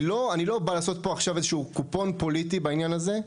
אני לא בא לעשות פה עכשיו איזשהו קופון פוליטי בעניין הזה.